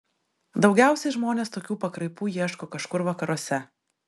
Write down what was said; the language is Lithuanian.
daugiausiai žmonės tokių pakraipų ieško kažkur vakaruose